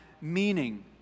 meaning